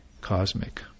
cosmic